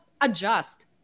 adjust